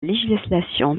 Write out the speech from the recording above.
législation